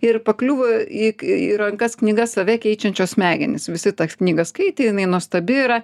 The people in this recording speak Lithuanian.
ir pakliuvo į k į rankas knyga save keičiančios smegenys visi tą knygą skaitė jinai nuostabi yra